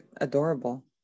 adorable